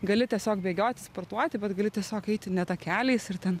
gali tiesiog bėgioti sportuoti bet gali tiesiog eiti ne takeliais ir ten